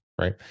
right